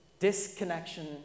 disconnection